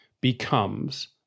becomes